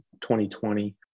2020